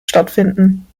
stattfinden